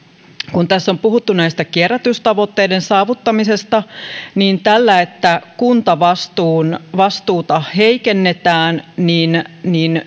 kun tässä on puhuttu kierrätystavoitteiden saavuttamisesta niin tämä että kuntavastuuta heikennetään